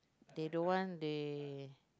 they don't want they